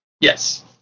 Yes